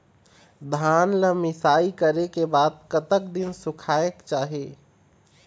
धान ला मिसाई करे के बाद कतक दिन सुखायेक चाही?